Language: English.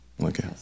Okay